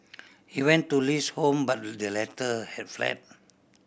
he went to Li's home but the latter had fled